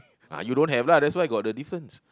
ah you don't have lah that's why got the difference